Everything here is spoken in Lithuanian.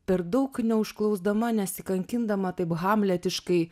per daug neužklausdama nesikankindama taip hamletiškai